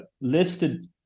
listed